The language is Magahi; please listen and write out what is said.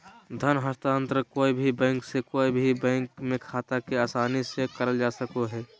धन हस्तान्त्रंण कोय भी बैंक से कोय भी बैंक के खाता मे आसानी से करल जा सको हय